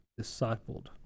discipled